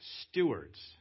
stewards